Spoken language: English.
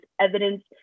evidence